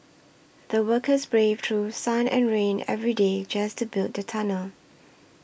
the workers braved through sun and rain every day just to build the tunnel